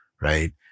right